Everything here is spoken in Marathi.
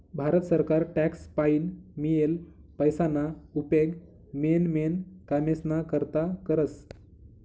भारत सरकार टॅक्स पाईन मियेल पैसाना उपेग मेन मेन कामेस्ना करता करस